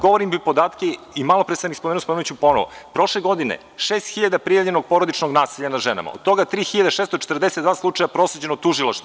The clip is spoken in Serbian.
Govorim vam podatke i malo pre sam ih spomenuo i spomenuću ponovo, prošle godine 6.000 prijavljenog porodičnog nasilja nad ženama, od toga 3.642 slučaja prosleđeno tužilaštvu.